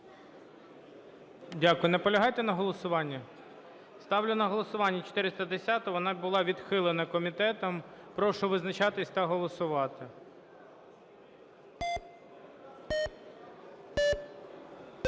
Дякую. Наполягаєте на голосуванні? Ставлю на голосування 410-у. Вона була відхилена комітетом. Прошу визначатися та голосувати.